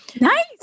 Nice